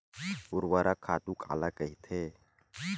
ऊर्वरक खातु काला कहिथे?